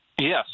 Yes